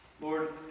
Lord